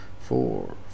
four